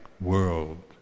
world